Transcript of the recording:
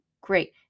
Great